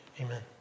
Amen